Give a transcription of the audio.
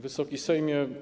Wysoki Sejmie!